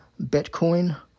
Bitcoin